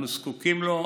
אנחנו זקוקים לכך.